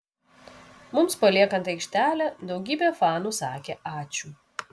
mums paliekant aikštelę daugybė fanų sakė ačiū